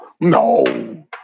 No